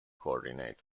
coordinate